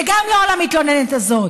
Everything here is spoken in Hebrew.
וגם לא על המתלוננת הזאת.